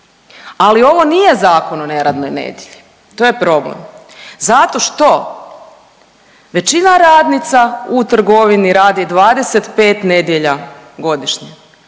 ali ovo nije Zakon o neradnoj nedjelji, to je problem. Zato što većina radnica u trgovini radi 25 nedjelja godišnje